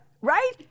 right